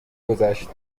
گذشت